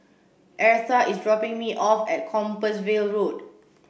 Eartha is dropping me off at Compassvale Road